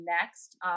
next